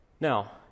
Now